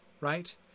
right